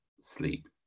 sleep